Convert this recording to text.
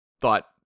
thought